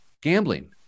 gambling